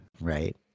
right